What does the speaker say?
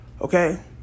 Okay